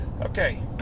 Okay